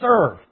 serve